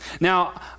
Now